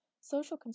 Social